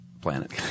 planet